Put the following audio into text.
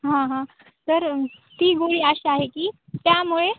हां हां तर ती गोळी अशी आहे की त्यामुळे